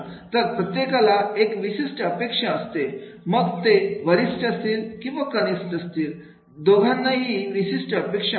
तर प्रत्येकाला एक विशिष्ट अपेक्षा असते मग तो वरिष्ठ असेल किंवा कनिष्ठ दोघांनाही विशिष्ट अपेक्षा असते